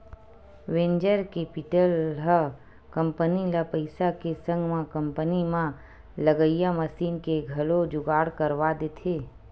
venture capital ह company ल पइसा के संग म कंपनी म लगइया मसीन के घलो जुगाड़ करवा देथे